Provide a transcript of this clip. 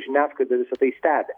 žiniasklaida visa tai stebi